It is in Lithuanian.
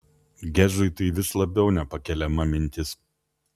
gezui tai vis labiau nepakeliama mintis